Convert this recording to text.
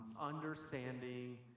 understanding